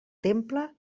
temple